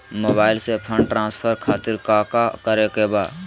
Mobile से fund transfer खातिर काका करे के बा?